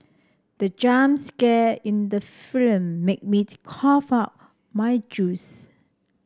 the jump scare in the film made me cough out my juice